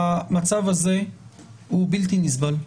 המצב הזה הוא בלתי נסבל.